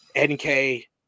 NK